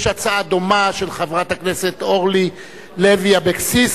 הואיל ויש הצעה דומה של חברת הכנסת אורלי לוי אבקסיס,